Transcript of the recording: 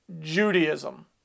Judaism